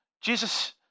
Jesus